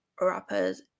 rappers